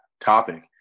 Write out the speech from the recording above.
topic